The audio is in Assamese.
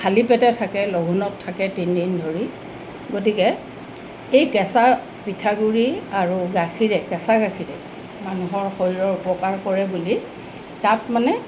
খালি পেটে থাকে লঘোণত থাকে তিনিদিন ধৰি গতিকে এই কেঁচা পিঠাগুড়ি আৰু গাখীৰে কেঁচা গাখীৰে মানুহৰ শৰীৰৰ উপকাৰ কৰে বুলি তাত মানে